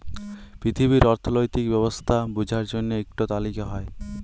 পিথিবীর অথ্থলৈতিক ব্যবস্থা বুঝার জ্যনহে ইকট তালিকা হ্যয়